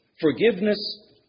forgiveness